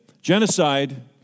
Genocide